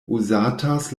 uzatas